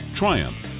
triumph